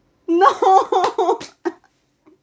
no